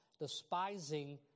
despising